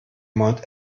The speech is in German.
mount